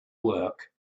work